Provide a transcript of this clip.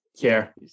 care